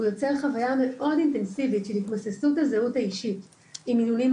הוא יוצר חוויה מאוד אינטנסיבית של התמוססות הזהות האישית עם מינונים